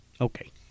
Okay